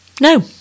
No